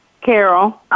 Carol